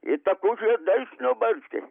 ji takus žiedais nubarstė